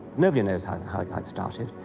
nobody knows how how it got started.